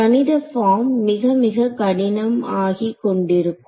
கணித பார்ம் மிக மிக கடினம் ஆகிக் கொண்டிருக்கும்